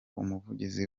umuvugizi